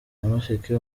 nyamasheke